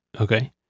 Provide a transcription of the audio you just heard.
okay